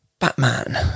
Batman